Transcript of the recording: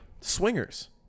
Swingers